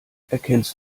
erkennst